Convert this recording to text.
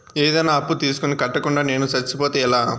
ఏదైనా అప్పు తీసుకొని కట్టకుండా నేను సచ్చిపోతే ఎలా